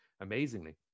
amazingly